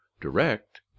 direct